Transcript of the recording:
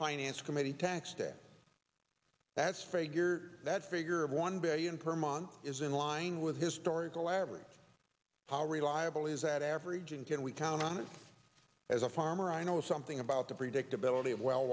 finance committee tax day that's fager that figure of one billion per month is in line with historical average how reliable is that average and can we count on as a farmer i know something about the predictability of well